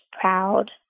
proud